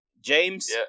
James